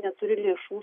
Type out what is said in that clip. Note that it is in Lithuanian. neturi lėšų